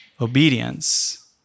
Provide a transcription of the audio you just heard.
obedience